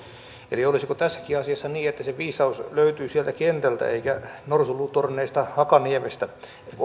eli olisiko tässäkin asiassa niin että se viisaus löytyy sieltä kentältä eikä norsunluutorneista hakaniemestä